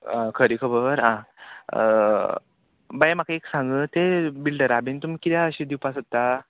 खरी खबर आं बाय म्हाका एक सांग तें बिल्डरा बीन तुमी किद्या अशें दिवपा सोदता